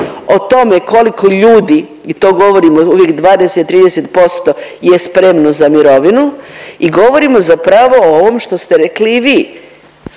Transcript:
o tome koliko ljudi i to govorimo uvijek 20-30% je spremno za mirovinu i govorimo zapravo o ovom što ste rekli i vi,